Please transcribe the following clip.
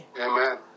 Amen